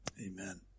Amen